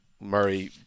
Murray